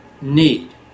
need